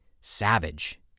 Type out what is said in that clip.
savage